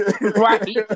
Right